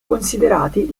considerati